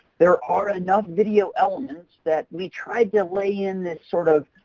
there are enough video elements, that we tried to lay in this sort of,